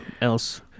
else